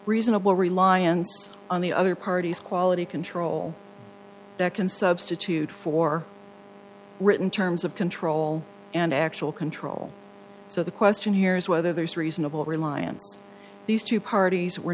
reasonable reliance on the other party's quality control that can substitute for written terms of control and actual control so the question here is whether there's reasonable reliance these two parties were